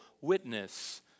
witness